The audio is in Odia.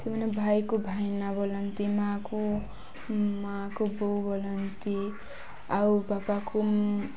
ସେମାନେ ଭାଇକୁ ଭାଇନା ବୋଲନ୍ତି ମାଆକୁ ମାଆକୁ ବୋଉ ବୋଲନ୍ତି ଆଉ ବାପାକୁ